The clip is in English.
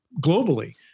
globally